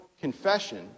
confession